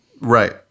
Right